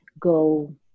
go